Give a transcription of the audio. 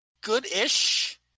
good-ish